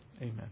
amen